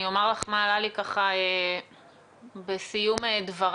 אני אומר לך מה עלה לי בסיום דברייך.